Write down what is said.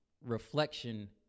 reflection